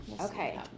Okay